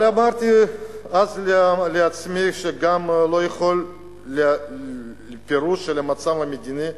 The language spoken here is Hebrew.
אבל אמרתי לעצמי שגם פירוש של המצב המדיני,